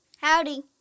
Howdy